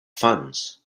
funds